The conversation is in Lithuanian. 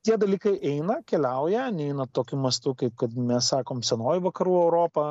tie dalykai eina keliauja neina tokiu mastu kaip kad mes sakom senoji vakarų europa